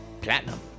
Platinum